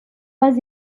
pas